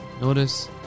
Notice